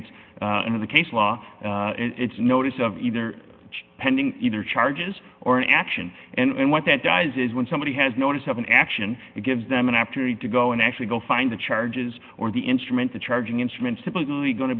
it's in the case law it's a notice of either pending either charges or an action and what that does is when somebody has notice of an action it gives them an opportunity to go and actually go find the charges or the instrument the charging instrument typically going to